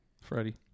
Freddie